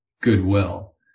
goodwill